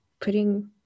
putting